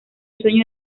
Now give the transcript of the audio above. sueño